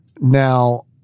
Now